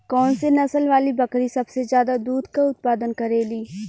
कौन से नसल वाली बकरी सबसे ज्यादा दूध क उतपादन करेली?